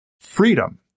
freedom